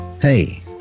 Hey